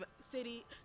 city